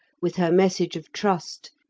with her message of trust,